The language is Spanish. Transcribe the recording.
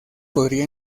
podría